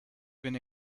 been